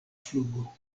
flugo